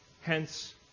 hence